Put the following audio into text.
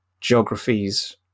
geographies